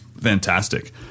fantastic